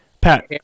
Pat